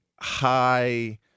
high –